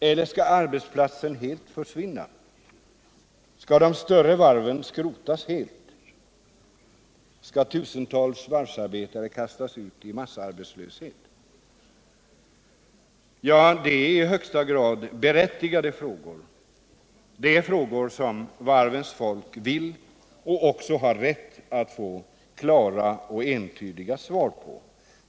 Eller skall arbetsplatsen helt försvinna? Skall de större varven skrotas helt? Skall tusentals varvsarbetare kastas ut i massarbetslöshet? Ja, det är i högsta grad berättigade frågor. Det är frågor som varvens folk vill ha, och även har rätt att få, klara och entydiga svar på.